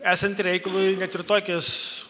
esant reikalui net ir tokios